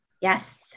Yes